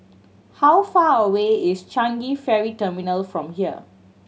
how far away is Changi Ferry Terminal from here